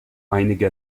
einige